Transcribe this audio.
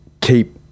keep